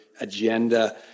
agenda